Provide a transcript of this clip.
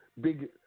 big